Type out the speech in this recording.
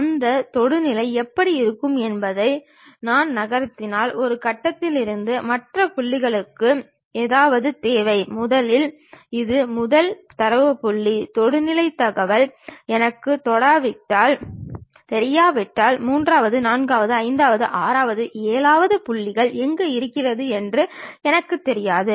ஆனால் நீங்கள் அந்த சாலையை புகைப்படம் எடுக்கும் போது அல்லது அதை இந்த முழு உளக்காட்சி வரைபடத்தின் மூலம் பார்க்கும்போது இந்த இரண்டு கோடுகளும் ஒன்றையொன்று சந்திப்பது போல தெரிகிறது